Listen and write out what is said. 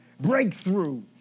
breakthrough